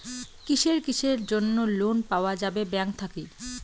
কিসের কিসের জন্যে লোন পাওয়া যাবে ব্যাংক থাকি?